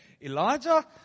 Elijah